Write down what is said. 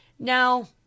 Now